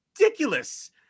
Ridiculous